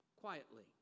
quietly